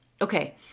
Okay